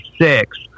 six